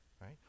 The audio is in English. right